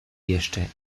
jeszcze